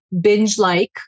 binge-like